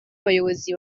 abayobozi